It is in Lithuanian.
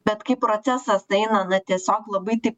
bet kai procesas eina na tiesiog labai taip